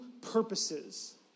purposes